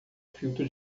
filtro